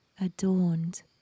adorned